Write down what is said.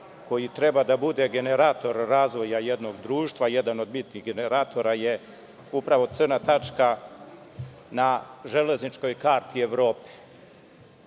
koji treba da bude generator razvoja jednog društva, jedan od bitnih generatora je upravo crna tačka na železničkoj karti Evrope. Mi